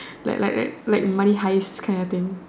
like like like like money heist kinda thing